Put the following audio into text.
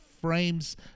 frames